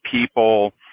people